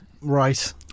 Right